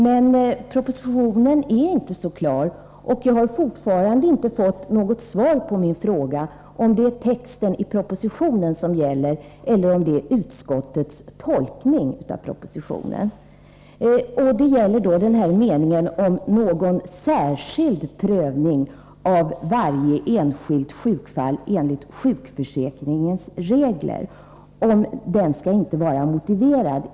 Men propositionen är inte så klar, och jag har fortfarande inte fått något svar på min fråga, om det är texten i propositionen som gäller eller om det är utskottets tolkning av propositionen. ”Någon särskild prövning” — som det står i propositionstexten — av varje enskilt sjukfall enligt sjukförsäkringens regler skall inte anses motiverad.